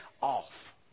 off